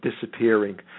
disappearing